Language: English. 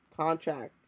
Contract